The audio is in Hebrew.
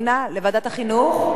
לוועדת החינוך.